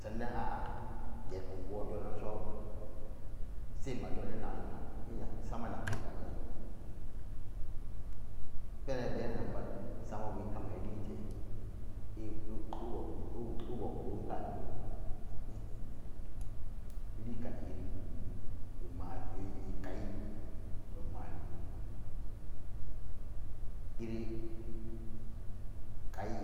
Sara-nan a'a nwo donanso semadonao nagan'ga sama nak'ke kagenso penan ibeni nan pat samabu i'kamen iliete i'wok worumka jum ilikami yiri ima- i'kai don marori iri kai